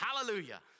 Hallelujah